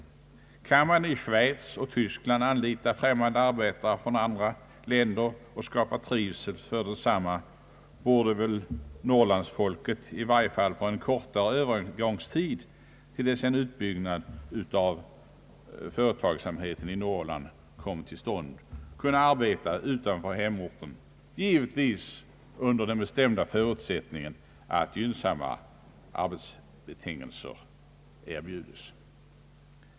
Kan man i Schweiz och Tyskland anlita arbetskraft från andra länder och skapa trivsel för densamma, borde väl folk från Norrland i varje fall under en kortare övergångstid, tills en utbyggnad av företagsamheten i Norrland kommit till stånd, kunna arbeta utanför hemorten, givetvis under den bestämda förutsättningen att gynnsamma arbetsbetingelser erbjudes.